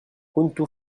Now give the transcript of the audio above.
كنت